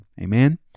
Amen